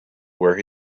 where